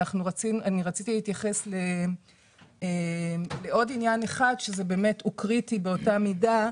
רציתי להתייחס לעוד עניין אחד שהוא קריטי באותה מידה,